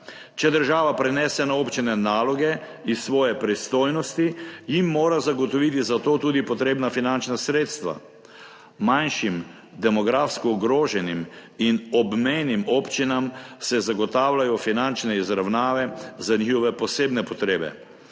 Če država prenese na občine naloge iz svoje pristojnosti, jim mora zagotoviti za to tudi potrebna finančna sredstva. Manjšim, demografsko ogroženim in obmejnim občinam se zagotavljajo finančne izravnave za njihove posebne potrebe.